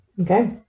Okay